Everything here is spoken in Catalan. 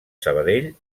sabadell